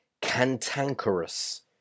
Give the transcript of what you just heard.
Cantankerous